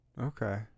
okay